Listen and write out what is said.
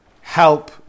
Help